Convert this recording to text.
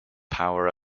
power